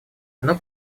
оно